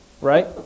Right